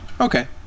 Okay